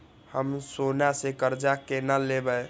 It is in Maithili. हम सोना से कर्जा केना लैब?